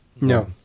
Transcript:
No